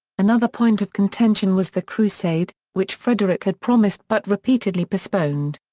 another point of contention was the crusade, which frederick had promised but repeatedly postponed.